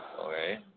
Okay